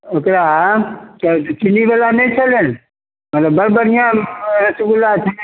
ओकरा चीनी बला नहि छलै मतलब बड़ बढ़िआँ रसगुल्ला